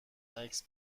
عکس